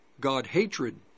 God-hatred